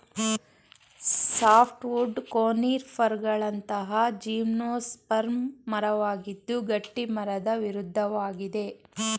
softwood ಕೋನಿಫರ್ಗಳಂತಹ gymnosperm ಮರವಾಗಿದ್ದು ಗಟ್ಟಿಮರದ ವಿರುದ್ಧವಾಗಿದೆ